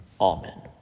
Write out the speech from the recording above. Amen